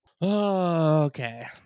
Okay